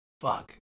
fuck